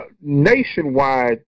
Nationwide